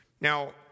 Now